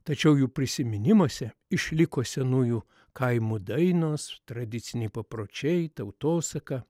tačiau jų prisiminimuose išliko senųjų kaimų dainos tradiciniai papročiai tautosaka